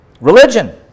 Religion